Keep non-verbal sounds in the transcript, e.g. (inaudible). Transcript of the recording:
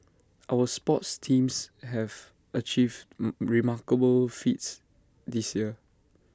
our sports teams have achieved (hesitation) remarkable feats this year